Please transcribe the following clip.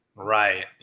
Right